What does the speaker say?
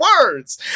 words